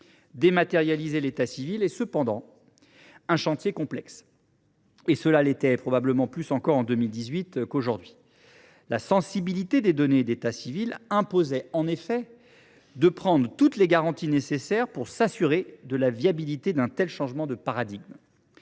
dématérialisation de l’état civil n’en est pas moins un chantier complexe ; et elle l’était probablement plus encore en 2018 qu’elle ne l’est aujourd’hui. La sensibilité des données d’état civil imposait en effet de prendre toutes les garanties nécessaires pour s’assurer de la viabilité d’un tel changement de paradigme.